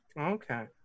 Okay